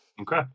Okay